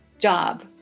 Job